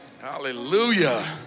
hallelujah